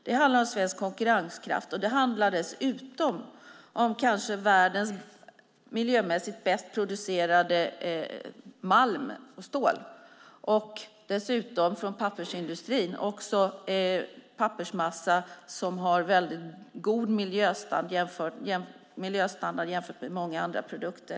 Det handlar om svensk konkurrenskraft och dessutom om världens miljömässigt kanske bäst producerade malm och stål. Dessutom kommer det från pappersindustrin pappersmassa som har väldigt god miljöstandard jämfört med många andra produkter.